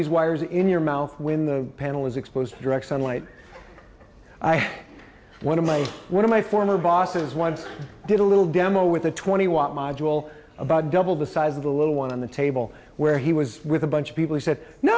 these wires in your mouth when the panel is exposed to direct sunlight one of my one of my former bosses once did a little demo with a twenty watt module about double the size of the little one on the table where he was with a bunch of people he said no